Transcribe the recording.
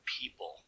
people